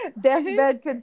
Deathbed